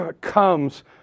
comes